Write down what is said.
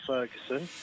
Ferguson